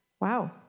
Wow